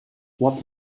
what